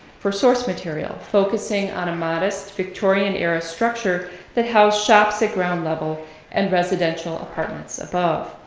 for source material, focusing on a modest victorian era structure that housed shops at ground level and residential apartments above.